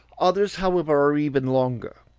others however are even longer,